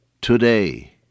today